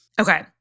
Okay